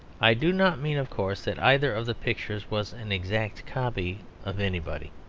i do not mean of course that either of the pictures was an exact copy of anybody.